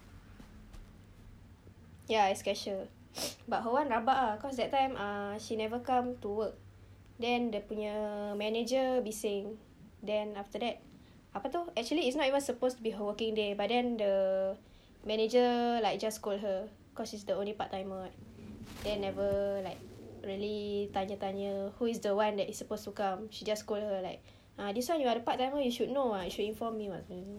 ya as cashier but her one rabak ah cause that time ah she never come to work then dia punya manager bising then after that apa itu actually it's not even supposed to be her working day but then the manager like just scold her because she's the only part timer right then never like really tanya tanya who is the one that is supposed to come she just scold her like this one you're the part timer you should know what you should inform me [what]